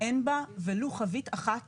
אין בה ולו חבית אחת